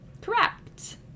Correct